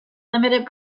limited